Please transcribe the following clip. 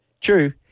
True